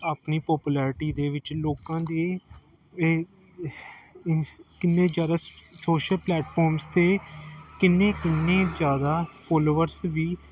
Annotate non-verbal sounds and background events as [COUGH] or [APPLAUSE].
ਆਪਣੀ ਪੋਪੁਲੈਰਟੀ ਦੇ ਵਿੱਚ ਲੋਕਾਂ ਦੇ ਇਹ [UNINTELLIGIBLE] ਕਿੰਨੇ ਜ਼ਿਆਦਾ ਸੋਸ਼ਲ ਪਲੇਟਫੋਮਸ 'ਤੇ ਕਿੰਨੇ ਕਿੰਨੇ ਜ਼ਿਆਦਾ ਫੋਲੋਵਰਸ ਵੀ